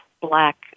black